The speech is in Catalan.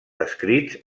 descrits